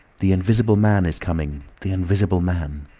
the invisible man is coming! the invisible man!